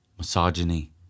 misogyny